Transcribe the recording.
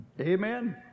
Amen